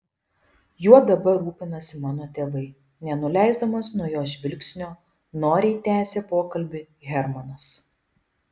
juo dabar rūpinasi mano tėvai nenuleisdamas nuo jos žvilgsnio noriai tęsė pokalbį hermanas